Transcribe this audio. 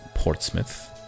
Portsmouth